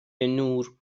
نور